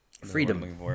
Freedom